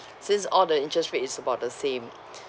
since all the interest rate is about the same